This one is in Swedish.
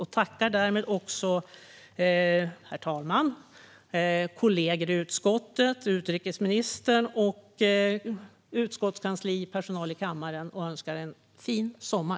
Jag tackar också herr talmannen, kollegorna i utskottet, utrikesministern, utskottskansliet och personalen i kammaren och önskar alla en fin sommar.